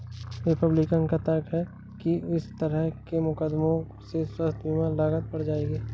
Republican का तर्क है कि इस तरह के मुकदमों से स्वास्थ्य बीमा लागत बढ़ जाएगी